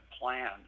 plan